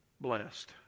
blessed